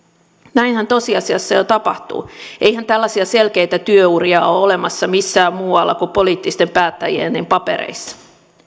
näinhän tosiasiassa jo tapahtuu eihän tällaisia selkeitä työuria ole olemassa missään muualla kuin poliittisten päättäjien papereissa